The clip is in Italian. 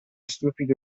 stupido